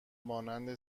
مانند